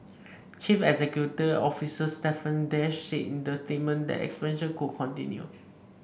chief executive officer Stephen Dash said in the statement that expansion could continue